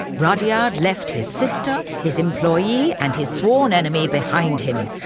rudyard left his sister, his employee, and his sworn enemy behind him.